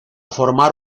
formar